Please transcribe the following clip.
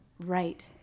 right